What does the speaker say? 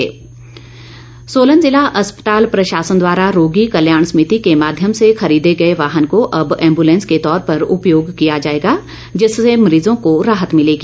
ambulance Solan जिला अस्पताल प्रशासन द्वारा रोगी कल्याण समिति के माध्यम से खरीदे गए वाहन को अब एम्ब्लेंस के तौर पर उपयोग किया जाएगा जिससे मरीजों को राहत मिलेगी